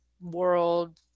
world